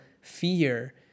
fear